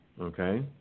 Okay